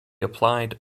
applied